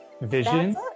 Vision